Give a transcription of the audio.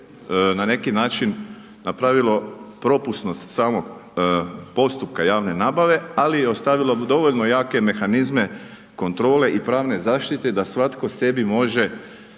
na neki način napravilo propusnost samog postupka javne nabave, ali i ostavimo dovoljno jake mehanizme kontrole i pravne zaštite da svatko sebi može